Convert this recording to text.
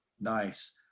nice